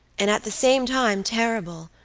and at the same time terrible,